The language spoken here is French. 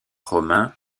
romain